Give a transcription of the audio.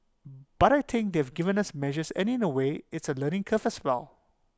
but I think they've given us measures and in A way it's A learning curve as well